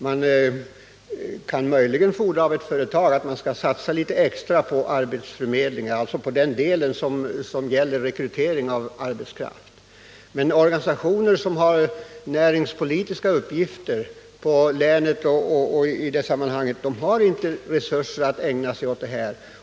Man kan möjligen fordra av ett företag att det satsar litet extra på arbetsförmedling, dvs. på den del som gäller rekrytering av arbetskraft. Men organisationer som har näringspolitiska uppgifter inom länet har inte resurser att ägna sig åt dessa saker.